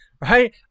Right